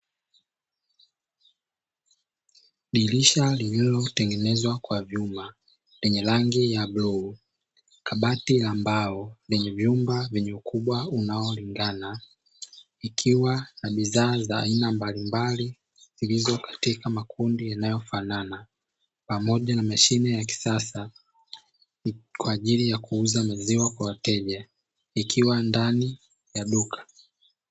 Dirisha lililotengenezwa kwa vyuma lenye rangi ya bluu kabati la mbao lenye vyumba vyenye ukubwa unaolingana, likiwa na bidhaa za aina mbalimbali zilizo katika makundi yanayofanana, pamoja na mashine ya kisasa kwa ajili ya kuuza maziwa kwa wateja ikiwa ndani ya duka.